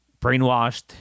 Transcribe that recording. brainwashed